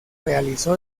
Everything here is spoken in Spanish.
realizó